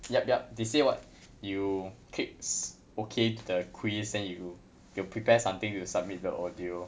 yup yup they say what you kids okay to the quiz then you you prepare something to submit the audio